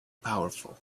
powerful